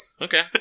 Okay